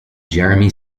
jeremy